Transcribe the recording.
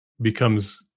becomes